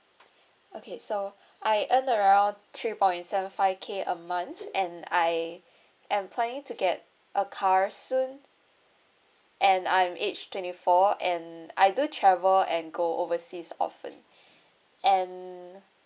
okay so I earn around three point seven five K a month and I am planning to get a car soon and I'm aged twenty four and I do travel and go overseas often and